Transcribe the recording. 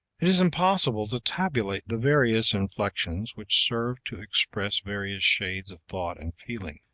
it is impossible to tabulate the various inflections which serve to express various shades of thought and feeling.